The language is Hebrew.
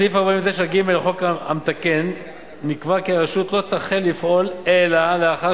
בסעיף 49(ג) לחוק המתקן נקבע כי הרשות לא תחל לפעול אלא לאחר